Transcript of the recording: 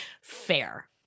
Fair